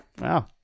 Wow